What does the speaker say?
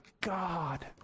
God